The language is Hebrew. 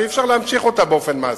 שאי-אפשר להמשיך אותה באופן מעשי.